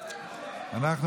אנחנו